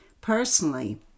Personally